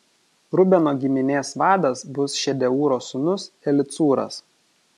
rubeno giminės vadas bus šedeūro sūnus elicūras